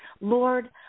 Lord